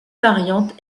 variantes